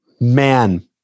Man